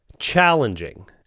challenging